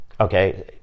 okay